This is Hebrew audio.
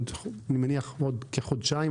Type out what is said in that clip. אני מניח עוד כחודשיים,